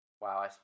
Wow